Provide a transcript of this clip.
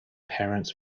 parents